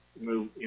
move